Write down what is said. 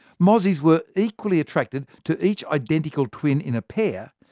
mozzies were equally attracted to each identical twin in a pair,